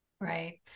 Right